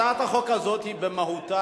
הצעת החוק הזאת היא במהותה,